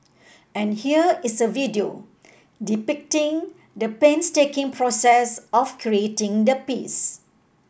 and here is a video depicting the painstaking process of creating the piece